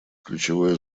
ключевое